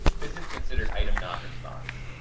this is considered item non-response.